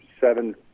seven